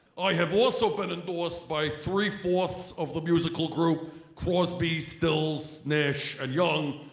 i have also been endorsed by three-fourths of the musical group crosby stills nash and young,